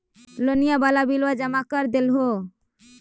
लोनिया वाला बिलवा जामा कर देलहो?